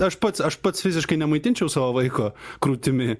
aš pats aš pats fiziškai nemaitinčiau savo vaiko krūtimi